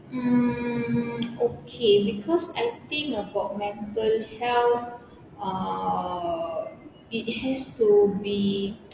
mm okay because I think about mental health ah it has to be